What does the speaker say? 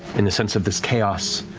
in the sense of this chaos,